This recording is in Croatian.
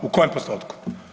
U kojem postotku?